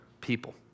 people